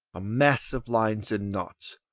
a mass of lines and knots,